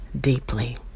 deeply